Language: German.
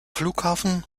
flughafen